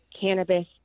cannabis